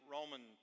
Roman